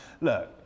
Look